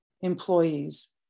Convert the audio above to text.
employees